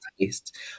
taste